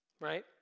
right